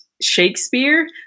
Shakespeare